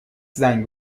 زنگ